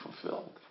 fulfilled